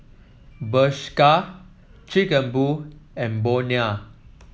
Bershka Chic A Boo and Bonia